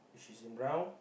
she's in brown